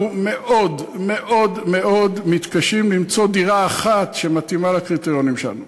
אנחנו מאוד מאוד מאוד מתקשים למצוא דירה אחת שמתאימה לקריטריונים שם.